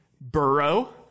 Burrow